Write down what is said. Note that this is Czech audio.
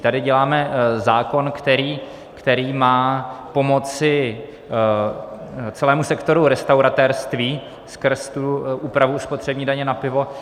Tady děláme zákon, který má pomoci celému sektoru restauratérství skrz tu úpravu spotřební daně na pivo.